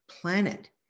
planet